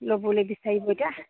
ল'বলৈ বিচাৰিব এতিয়া